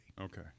Okay